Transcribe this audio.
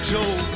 Joe